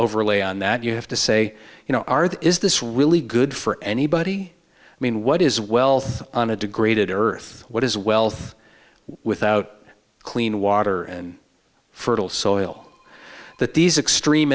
overlay on that you have to say you know are there is this really good for anybody i mean what is wealth on a degraded earth what is wealth without clean water and fertile soil that these extreme